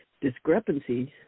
discrepancies